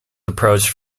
approached